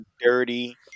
dirty